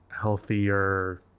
healthier